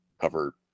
cover